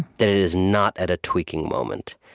that it is not at a tweaking moment,